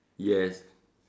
yes